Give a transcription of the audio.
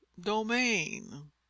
domain